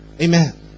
Amen